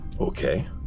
Okay